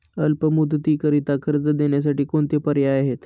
अल्प मुदतीकरीता कर्ज देण्यासाठी कोणते पर्याय आहेत?